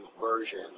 version